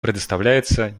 предоставляется